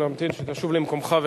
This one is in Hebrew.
אנחנו נמתין שתשוב למקומך.